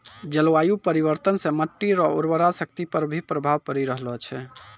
जलवायु परिवर्तन से मट्टी रो उर्वरा शक्ति पर भी प्रभाव पड़ी रहलो छै